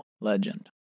legend